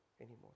anymore